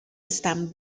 están